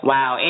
Wow